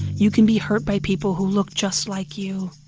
you can be hurt by people who look just like you.